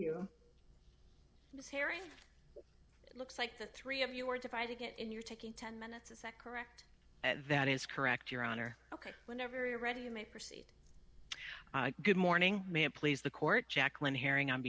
you looks like the three of you are divided and you're taking ten minutes is that correct that is correct your honor ok whenever you're ready may proceed good morning ma'am please the court jacqueline hearing on